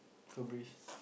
Febreze